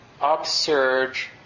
upsurge